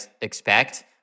expect